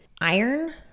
iron